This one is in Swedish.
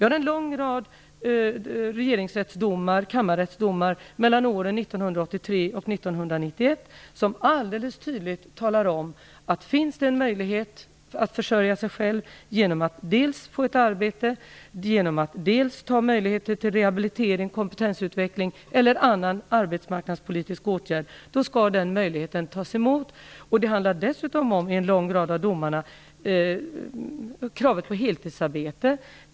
Vi har en lång rad regeringsrätts och kammarrättsdomar mellan åren 1983 och 1991 som alldeles tydligt anger att om det finns en möjlighet att försörja sig själv genom att dels få ett arbete, dels få rehabilitering och kompetensutveckling eller annan arbetsmarknadspolitisk åtgärd, skall de möjligheterna tas emot. Det handlar dessutom i en lång av domarna om krav på heltidsarbete.